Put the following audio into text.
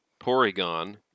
Porygon